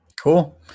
Cool